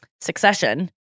Succession